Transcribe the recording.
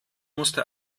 musste